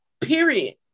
Period